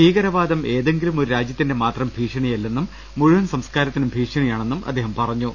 ഭീകൃരവാദം ഏതെ ങ്കിലും ഒരു രാജൃത്തിന്റെ മാത്രം ഭീഷണിയ്ല്ലെന്നും മുഴുവൻ സംസ്കാരത്തിനും ഭീഷണിയാണെന്നും അദ്ദേഹം പറഞ്ഞു